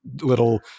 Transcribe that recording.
little